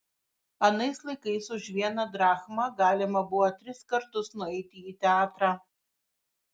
anais laikais už vieną drachmą galima buvo tris kartus nueiti į teatrą